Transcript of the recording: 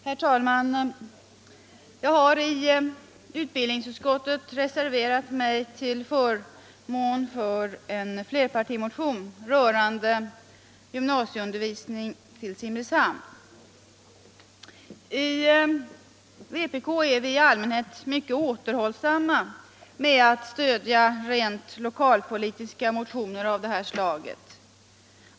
Herr talman! Jag har i utbildningsutskottet reserverat mig till förmån för en flerpartimotion rörande gymnasieundervisning i Simrishamn. I vpk är vi i allmänhet mycket återhållsamma med att stödja rent lokalpolitiska motioner av detta slag.